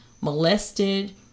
molested